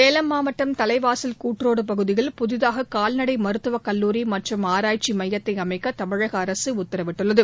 சேலம் மாவட்டம் தலைவாசல் கூட் ரோடு பகுதியில் புதிதாக கால்நடை மருத்துவ கல்லூரி மற்றும் ஆராய்ச்சி மையத்தை அமைக்க தமிழக அரசு உத்தரவிட்டுள்ளது